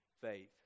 faith